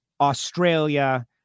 Australia